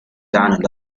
down